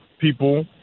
people